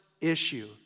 issue